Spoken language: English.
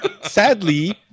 sadly